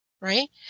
Right